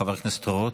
חבר הכנסת רוט,